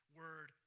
word